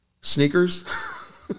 Sneakers